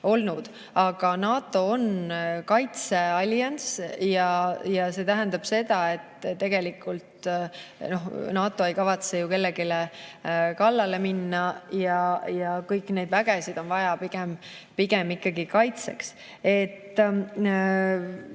olnud. Aga NATO on kaitseallianss ja see tähendab seda, et tegelikult NATO ei kavatse kellelegi kallale minna ja kõiki neid vägesid on vaja pigem ikkagi kaitseks.